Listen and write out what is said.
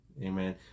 Amen